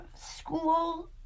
school